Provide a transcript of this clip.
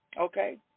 Okay